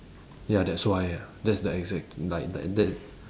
ya that's why ah that's the exact like that that